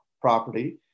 property